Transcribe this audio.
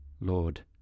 Lord